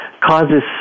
causes